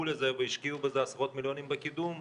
לזה והשקיעו בזה עשרות מיליונים בקידום,